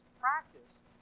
practice